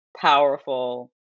powerful